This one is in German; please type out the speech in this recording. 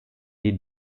die